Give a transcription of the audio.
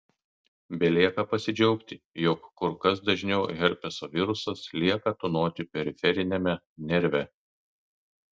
belieka pasidžiaugti jog kur kas dažniau herpeso virusas lieka tūnoti periferiniame nerve